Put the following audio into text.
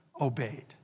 obeyed